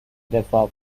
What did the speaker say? دفاع